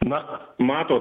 na matot